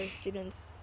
students